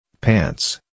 Pants